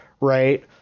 right